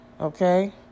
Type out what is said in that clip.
okay